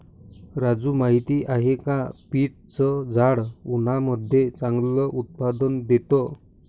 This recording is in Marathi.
राजू माहिती आहे का? पीच च झाड उन्हाळ्यामध्ये चांगलं उत्पादन देत